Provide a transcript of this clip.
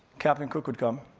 captain cook would come,